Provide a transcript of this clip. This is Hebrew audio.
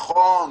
נכון.